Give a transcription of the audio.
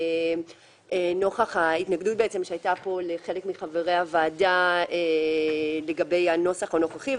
נוכח ההתנגדות שהייתה לחלק מחבריי הוועדה לגבי הנוסח הנוכחי,